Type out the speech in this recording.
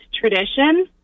tradition